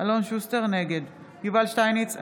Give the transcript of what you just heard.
יובל שטייניץ,